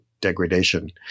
degradation